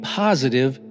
positive